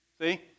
See